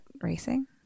racing